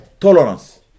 Tolerance